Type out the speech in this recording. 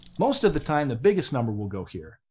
most of the time, the biggest number will go here,